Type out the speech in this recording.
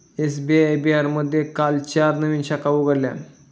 SBI बिहारमध्ये काल चार नवीन शाखा उघडल्या